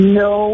no